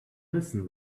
listen